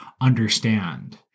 understand